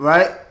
Right